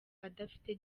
adafite